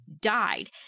died